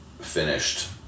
finished